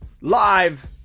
live